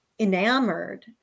enamored